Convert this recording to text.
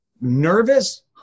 nervous